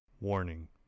Warning